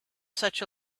such